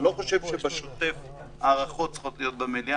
אני לא חושב שבשוטף הארכות צריכות להיות במליאה,